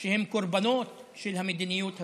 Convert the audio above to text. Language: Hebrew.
שהם קורבנות של המדיניות הזאת.